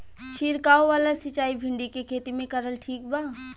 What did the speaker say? छीरकाव वाला सिचाई भिंडी के खेती मे करल ठीक बा?